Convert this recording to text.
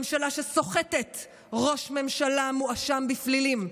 ממשלה שסוחטת ראש ממשלה מואשם בפלילים.